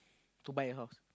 to buy a house